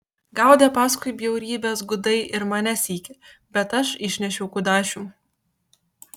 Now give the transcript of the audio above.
gaudė paskui bjaurybės gudai ir mane sykį bet aš išnešiau kudašių